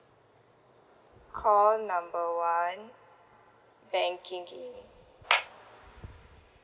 call number one banking